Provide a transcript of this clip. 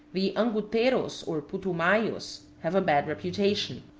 the anguteros, or putumayos, have a bad reputation.